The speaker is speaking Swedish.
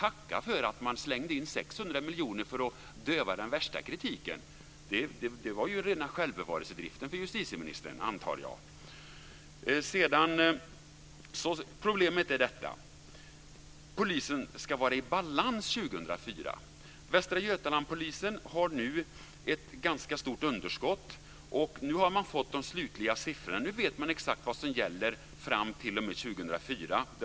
Tacka för att man slängde in 600 miljoner kronor för att döva den värsta kritiken! Det var rena självbevarelsedriften för justitieministern, antar jag. Problemet är följande: Polisen ska vara i balans år 2004. Polisen i Västra Götaland har nu ett ganska stort underskott. Nu har man fått de slutliga siffrorna, så nu vet man exakt vad som gäller fram t.o.m. år 2004.